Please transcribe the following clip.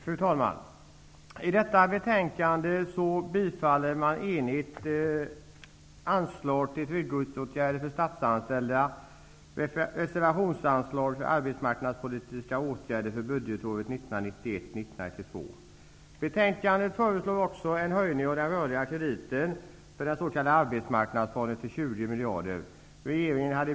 Fru talman! I detta betänkande bifaller man enhälligt anslag till trygghetsåtgärder för statsanställda och reservationsanslaget 1991/92. I betänkandet föreslås också en höjning av den rörliga krediten för den s.k.